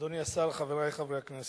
אדוני השר, חברי חברי הכנסת,